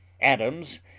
Adams